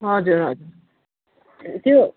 हजुर हजुर त्यो